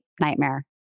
nightmare